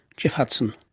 geoff hudson.